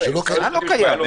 מה לא קיים?